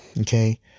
okay